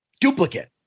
Duplicate